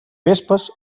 vespes